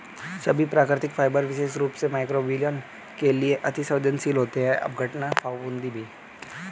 सभी प्राकृतिक फाइबर विशेष रूप से मइक्रोबियल के लिए अति सवेंदनशील होते हैं अपघटन, फफूंदी भी